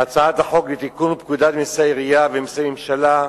הצעת החוק לתיקון פקודת מסי העירייה ומסי הממשלה,